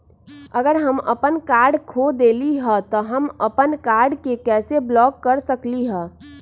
अगर हम अपन कार्ड खो देली ह त हम अपन कार्ड के कैसे ब्लॉक कर सकली ह?